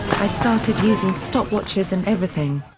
i started using stopwatches and everything.